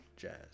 jazz